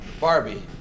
Barbie